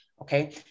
okay